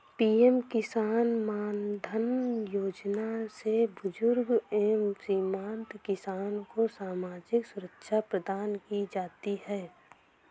PM किसान मानधन योजना से बुजुर्ग एवं सीमांत किसान को सामाजिक सुरक्षा प्रदान की जाती है